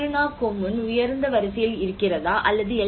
கிருணா கொம்முன் உயர்ந்த வரிசையில் இருக்கிறதா அல்லது எல்